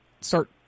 start